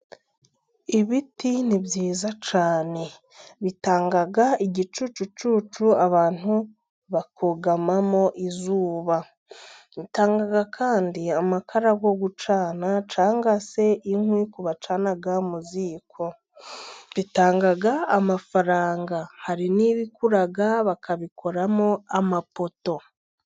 Ibiti ni byiza cyane bitanga igicucucu abantu bakugamamo izuba ,bintanga kandi amakara yo gucana cyangwa se inkwi ku bacana mu ziko, bitanga amafaranga hari n'ibikura bakabikoramo amapoto.